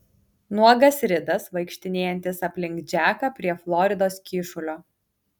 nuogas ridas vaikštinėjantis aplink džeką prie floridos kyšulio